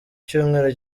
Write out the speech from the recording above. cyumweru